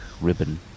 ribbon